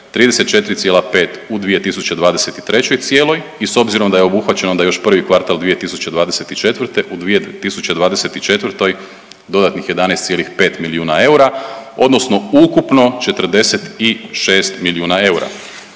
34,5 u 2023. cijeloj i s obzirom da je obuhvaćen onda još prvi kvartal 2024. u 2024. dodatnih 11,5 milijuna eura odnosno ukupno 46 milijuna eura.